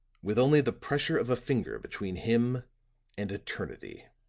with only the pressure of a finger between him and eternity.